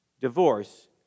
divorce